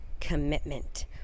commitment